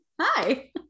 Hi